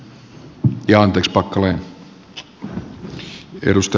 ja anteeksi packalen